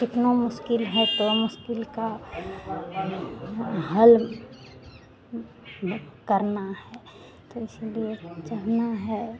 कितना मुश्किल है तो मुश्किल का हं हल हुं ब करना है तो इसीलिए चढ़ना है